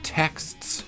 texts